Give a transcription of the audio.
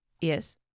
Yes